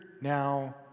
now